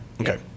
okay